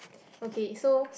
okay so